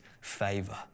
favor